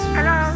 Hello